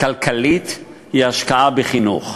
וכלכלית היא השקעה בחינוך.